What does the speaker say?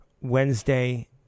Wednesday